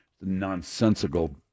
Nonsensical